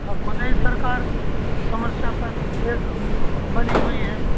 और खुद ही सरकार समस्या पर एक बनी हुई है